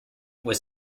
was